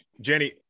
Jenny